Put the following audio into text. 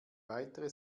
weitere